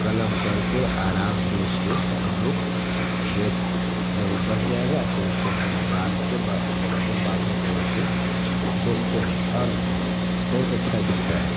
कलम करके आराम से उसको हम लोग जो है जब वो बंध जाएगा तो उसको हम लोग बांध के बगल में मार्केट ले जाके बेचते हैं और बहुत अच्छा बिकता है